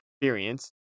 experience